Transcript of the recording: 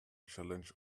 challenge